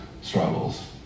struggles